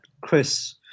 Chris